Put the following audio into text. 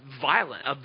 violent